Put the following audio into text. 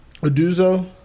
Aduzo